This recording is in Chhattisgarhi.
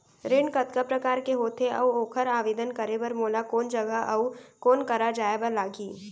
ऋण कतका प्रकार के होथे अऊ ओखर आवेदन करे बर मोला कोन जगह अऊ कोन करा जाए बर लागही?